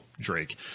Drake